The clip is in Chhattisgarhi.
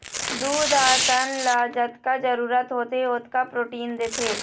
दूद ह तन ल जतका जरूरत होथे ओतका प्रोटीन देथे